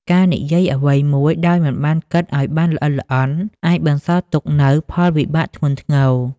ការនិយាយអ្វីមួយដោយមិនបានគិតឱ្យបានល្អិតល្អន់ អាចបន្សល់ទុកនូវផលវិបាកធ្ងន់ធ្ងរ។